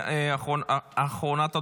אחרונת הדוברים,